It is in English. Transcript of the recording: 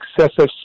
excessive